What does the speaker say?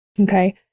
okay